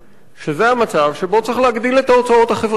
שזה המצב שבו צריך להגדיל את ההוצאות החברתיות.